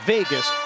Vegas